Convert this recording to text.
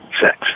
sex